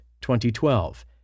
2012